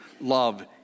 love